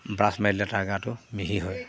brush মাৰি দিলে তাৰ গাটো মিহি হয়